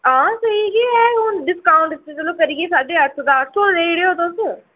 हां ठीक ई ऐ हून डिस्काऊंट चलो करियै साढे अट्ठ सौ दा अट्ठ सौ देई ओड़ेओ तुस